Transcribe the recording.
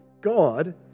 God